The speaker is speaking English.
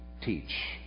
teach